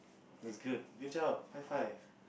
that's good good job high five